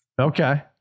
okay